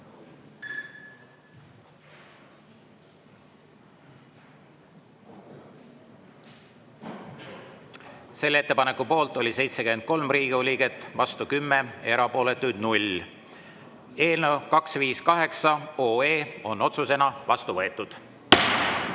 Selle ettepaneku poolt oli 73 Riigikogu liiget, vastu 10, erapooletuid 0. Eelnõu 258 on otsusena vastu võetud.